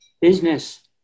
business